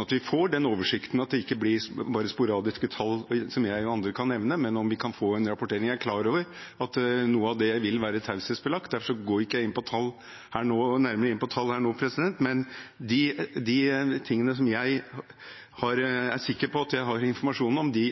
at vi får den oversikten, og at det ikke bare blir sporadiske tall som jeg og andre kan nevne, men at vi kan få en rapportering. Jeg er klar over at noe av dette er taushetsbelagt. Derfor går jeg ikke nærmere inn på tall her nå, men de tingene som jeg er sikker på at jeg har informasjon om når det